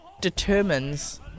determines